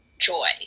joy